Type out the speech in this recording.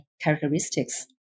characteristics